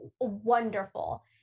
wonderful